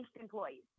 employees